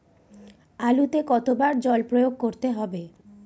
আলুতে কতো বার জল প্রয়োগ করতে হবে?